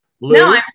No